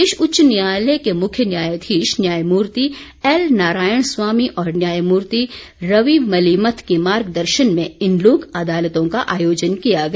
प्रदेश उच्च न्यायालय के मुख्य न्यायाधीश न्यायमूर्ति एल नारायण स्वामी और न्यायमूर्ति रवि मलीमथ के मार्ग दर्शन में इन लोक अदालतों का आयोजन किया गया